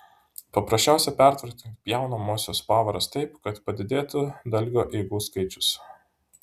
paprasčiausia pertvarkyti pjaunamosios pavaras taip kad padidėtų dalgio eigų skaičius